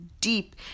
deep